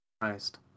Christ